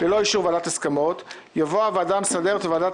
ללא אישור ועדת ההסכמות" יבוא "הוועדה המסדרת וועדת